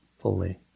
fully